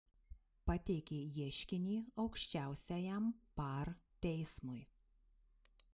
pateikė ieškinį aukščiausiajam par teismui